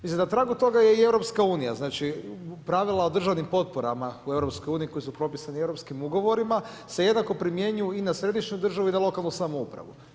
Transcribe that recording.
Na pragu toga je EU, znači, pravila u državnim potporama, u EU, koji su propisani europskim ugovorima, se jednako primjenjuju i na središnju državu i na lokalnu samoupravu.